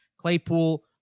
Claypool